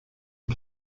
dem